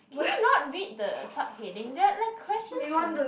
can you not read the sub heading there are like questions from